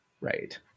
right